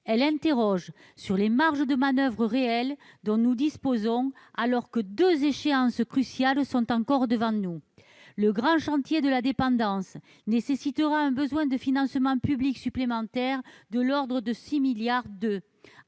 des interrogations sur les marges de manoeuvre réelles dont nous disposons, alors que deux échéances cruciales sont encore devant nous. D'une part, le grand chantier de la dépendance nécessitera un besoin de financement public supplémentaire de l'ordre de 6,2 milliards d'euros